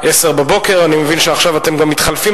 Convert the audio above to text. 10:00. אני מבין שעכשיו אתם גם מתחלפים,